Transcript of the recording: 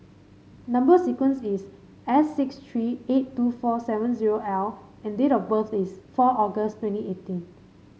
number sequence is S six three eight two four seven zero L and date of birth is four August twenty eighteen